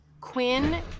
Quinn